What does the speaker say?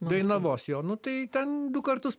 dainavos jo nu tai ten du kartus